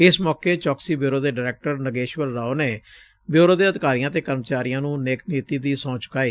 ਇਸ ਮੌਕੇ ਚੌਕਸੀ ਬਿਓਰੋ ਦੇ ਡਾਇਰੈਕਟਰ ਨਗੇਸ਼ਵਰ ਰਾਓ ਨੇ ਬਿਓਰੋ ਦੇ ਅਧਿਕਾਰੀਆਂ ਅਤੇ ਕਰਮਚਾਰੀਆਂ ਨੂੰ ਨੇਕਨੀਤੀ ਦੀ ਸਹੂੰ ਚੂਕਾਈ